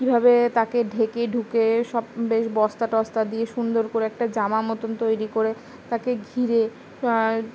কীভাবে তাকে ঢেকেঢুকে সব বেশ বস্তা টস্তা দিয়ে সুন্দর করে একটা জামা মতন তৈরি করে তাকে ঘিরে